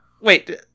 Wait